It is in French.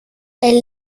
elle